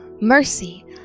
Mercy